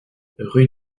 rue